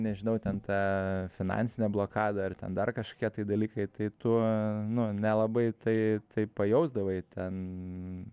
nežinau ten ta finansinė blokada ar ten dar kažokie tai dalykai tai tu nu nelabai tai tai pajausdavai ten